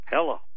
Hello